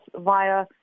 via